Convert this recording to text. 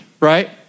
right